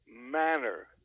manner